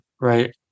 Right